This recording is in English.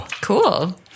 Cool